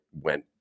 went